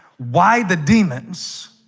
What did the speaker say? why the demons?